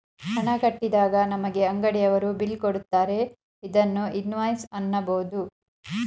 ಹಣ ಕಟ್ಟಿದಾಗ ನಮಗೆ ಅಂಗಡಿಯವರು ಬಿಲ್ ಕೊಡುತ್ತಾರೆ ಇದನ್ನು ಇನ್ವಾಯ್ಸ್ ಅನ್ನಬೋದು